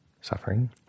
suffering